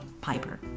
piper